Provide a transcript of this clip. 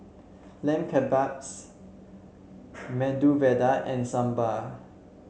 Lamb Kebabs Medu Vada and Sambar